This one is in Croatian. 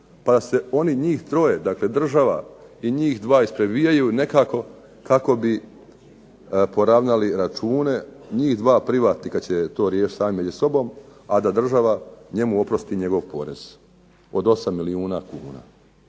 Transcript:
pa da se oni njih troje, dakle država i njih dva isprebijaju nekako kako bi poravnali račune, njih dva privatnika će to riješiti među sobom, a da država njemu oprosti njegov porez od 8 milijuna kuna.